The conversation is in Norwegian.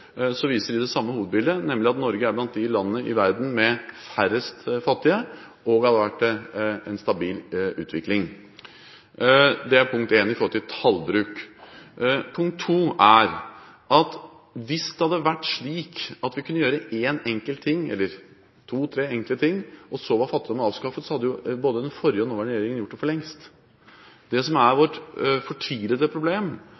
viser de samme det samme hovedbildet, nemlig at Norge er blant de landene i verden med færrest fattige, og at det har vært en stabil utvikling. Det er punkt én i forhold til tallbruk. Punkt to er at hvis det hadde vært slik at vi kunne gjøre én enkelt ting, eller to–tre enkle ting, og så var fattigdommen avskaffet, hadde jo både den forrige og den nåværende regjering gjort det for lengst. Det som er vårt fortvilte problem,